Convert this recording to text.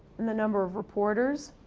and the number of reporters,